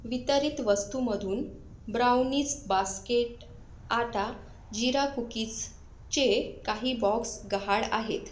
वितरित वस्तूमधून ब्राऊनीच बास्केट आटा जिरा कुकीजचे काही बॉक्स गहाड आहेत